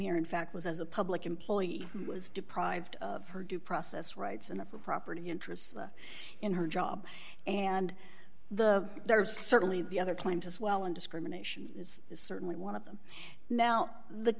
here in fact was as a public employee was deprived of her due process rights in the property interests in her job and the there is certainly the other claims as well and discrimination is certainly one of them now the